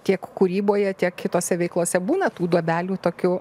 tiek kūryboje tiek kitose veiklose būna tų duobelių tokių